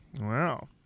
Wow